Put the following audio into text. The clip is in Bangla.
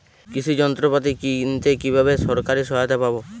কৃষি যন্ত্রপাতি কিনতে কিভাবে সরকারী সহায়তা পাব?